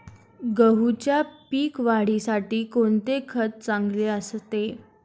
गहूच्या पीक वाढीसाठी कोणते खत चांगले असते?